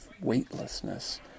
weightlessness